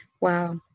wow